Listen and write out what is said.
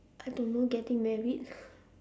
I don't know getting married